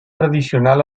tradicional